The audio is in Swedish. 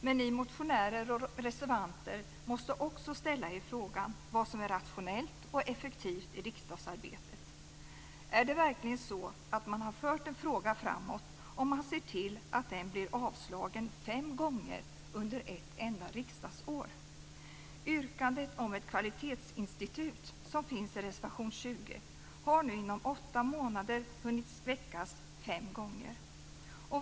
Men ni motionärer och reservanter måste också ställa er frågan vad som är rationellt och effektivt i riksdagsarbetet. Är det verkligen så att man har fört en fråga framåt om man ser till att den blir avslagen fem gånger under ett enda riksdagsår? Yrkandet om ett kvalitetsinstitut som finns i reservation 20 har nu inom åtta månader hunnits väckas fem gånger.